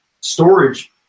storage